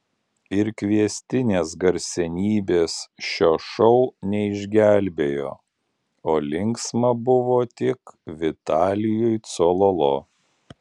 ir kviestinės garsenybės šio šou neišgelbėjo o linksma buvo tik vitalijui cololo